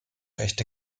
echte